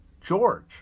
George